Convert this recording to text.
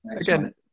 again